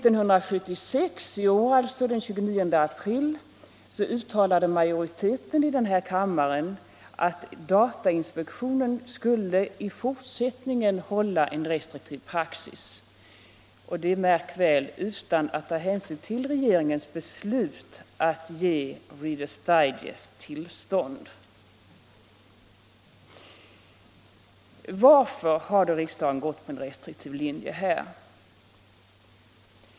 Och den 29 april i år uttalade majoriteten i denna kammare att datainspektionen i fortsättningen skulle tillämpa en restriktiv praxis — detta, märk väl, utan alt ta hänsyn till regeringens beslut att ge Readers Digest tillstånd. Varför har då riksdagen här gått på en restriktiv linje?